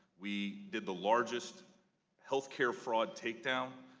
we did the largest healthcare fraud take down,